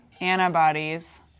antibodies